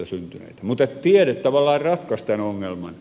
mutta tiede tavallaan ratkaisi tämän ongelman